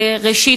ראשית,